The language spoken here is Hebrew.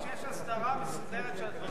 כשיש הסדרה מסודרת של הדברים.